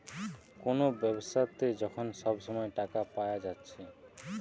কুনো ব্যাবসাতে যখন সব সময় টাকা পায়া যাচ্ছে